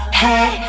hey